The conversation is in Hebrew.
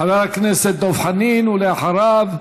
חבר הכנסת דב חנין, ואחריו,